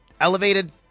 elevated